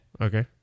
Okay